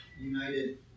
united